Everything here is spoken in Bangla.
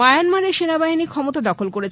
মায়ানমারে সেনাবাহিনী ক্ষমতা দখল করেছে